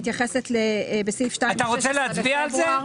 אתה רוצה להצביע על זה?